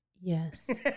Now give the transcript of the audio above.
Yes